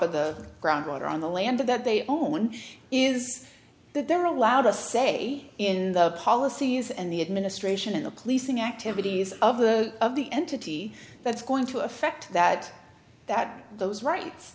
of the groundwater on the land that they own is that they're allowed a say in the policies and the administration in the policing activities of the of the entity that's going to affect that that those rights